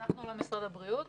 אנחנו לא משרד הבריאות.